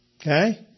Okay